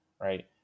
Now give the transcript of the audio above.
right